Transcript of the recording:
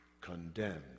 condemned